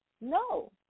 No